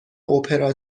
اپرا